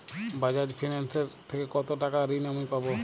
Bajaj Finserv থেকে কতো টাকা ঋণ আমি পাবো?